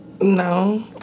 No